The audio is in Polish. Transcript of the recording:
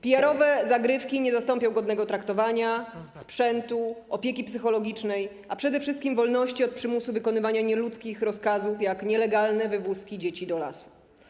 PR-owskie zagrywki nie zastąpią godnego traktowania, sprzętu, opieki psychologicznej, a przede wszystkim wolności od przymusu wykonywania nieludzkich rozkazów, takich jak rozkaz nielegalnej wywózki dzieci do lasu.